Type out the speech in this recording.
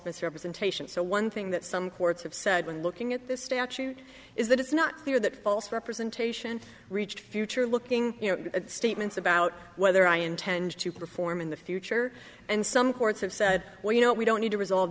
misrepresentation so one thing that some courts have said when looking at this statute is that it's not clear that false representation reached future looking statements about whether i intend to perform in the future and some courts have said well you know we don't need to resolve